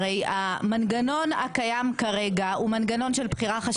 הרי המנגנון הקיים כרגע הוא מנגנון של בחירה חשאית.